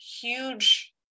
huge